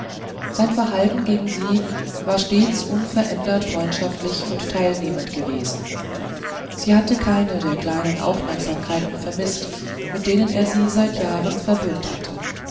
sein verhalten gegen sie war stets unverändert freundschaftlich und teilnehmend geblieben sie hatte keine der kleinen aufmerksamkeiten vermißt mit denen er sie seit jahren verwöhnt hatte